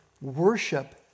worship